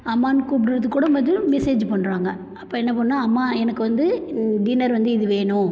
அம்மான்னு கூப்புடுறதுக்கூட மேதும் மேசேஜு பண்ணுறாங்க அப்போ என்ன பண்ணணும் அம்மா எனக்கு வந்து டி டின்னர் வந்து இது வேணும்